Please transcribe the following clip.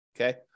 Okay